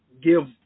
give